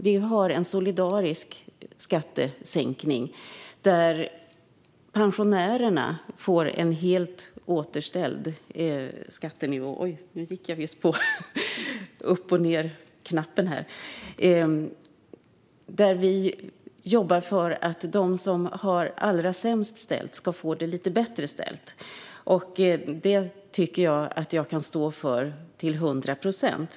Vi har en solidarisk skattesänkning där pensionärerna får en helt återställd skattenivå och där vi jobbar för att de som har det allra sämst ställt ska få det lite bättre ställt. Det tycker jag att jag kan stå för till hundra procent.